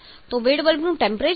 તો વેટ બલ્બનું ટેમ્પરેચર શું હશે